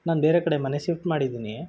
ನಾನು ಬೇರೆ ಕಡೆ ಮನೆ ಸಿಫ್ಟ್ ಮಾಡಿದ್ದೀನಿ